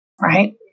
right